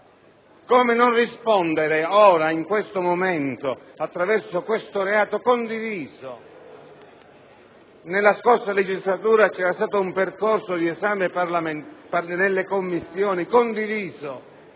Come non rispondere ora, in questo momento, attraverso questo reato condiviso? Nella scorsa legislatura l'esame parlamentare nelle Commissioni aveva